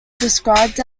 described